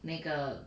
那个